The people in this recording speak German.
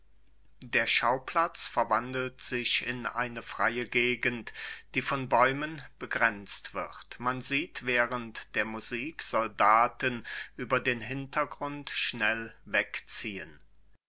der schauplatz verwandelt sich in eine freie gegend die von bäumen begrenzt wird man sieht während der musik soldaten über den hintergrund schnell wegziehen